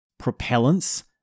propellants